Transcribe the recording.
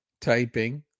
typing